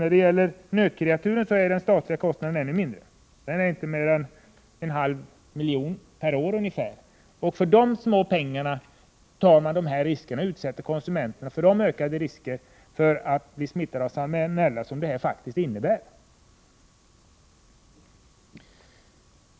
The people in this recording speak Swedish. När det gäller nötkreaturen är den statliga kostnaden ännu mindre — inte mer än ungefär en halv miljon per år. För dessa små pengar utsätter man alltså konsumenterna för de ökade risker att bli smittade av salmonella som det här faktiskt innebär!